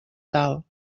tal